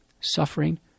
suffering